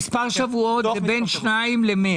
מספר שבועות זה בין 2 ל-100.